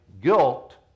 guilt